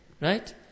Right